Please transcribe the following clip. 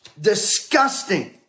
Disgusting